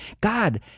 God